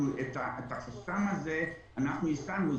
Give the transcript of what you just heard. את החסם הזה אנחנו הסרנו,